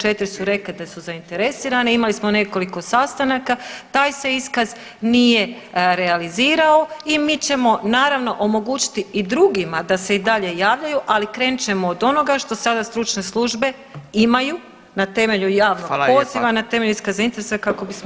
4 su rekle da su zainteresirane, imali smo nekoliko sastanaka, taj se iskaz nije realizirao i mi ćemo naravno omogućiti i drugima da se i dalje javljaju, ali krenit ćemo od onoga što sada stručne službe imaju na temelju javnog poziva [[Upadica: Hvala lijepa.]] na temelju iskaza interesa kako bismo